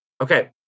Okay